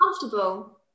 comfortable